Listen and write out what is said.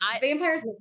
vampires